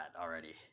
already